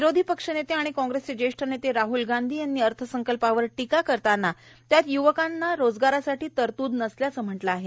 विरोधी पक्षनेते आणि काँग्रेसचे ज्येष्ठ नेते राहूल गांधी यांनी अर्थसंकल्पावर टीका करताना त्यात युवकांना रोजगायसाठी तरतूद नसल्याचं म्हटलं आहे